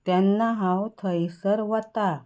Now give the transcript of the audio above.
तेन्ना हांव थंयसर वता